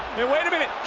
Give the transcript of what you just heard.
wait a minute.